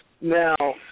Now